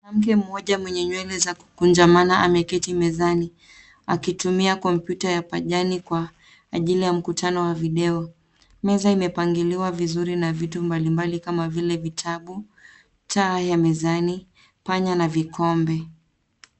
Mwanamke mmoja mwenye nywele zakukunjamana ameketi mezani akitumia kompyuta ya pajani kwa ajili ya mkutano wa video. Meza imepangiliwa vizuri na i vitu mbali mbali kama vile; vitabu, taa ya mezani, panya na vikombe.